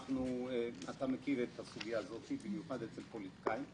אתה מכיר את הסוגיה הזאת, במיוחד אצל פוליטיקאים.